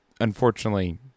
unfortunately